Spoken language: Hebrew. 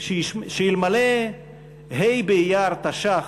שאלמלא ה' באייר תש"ח,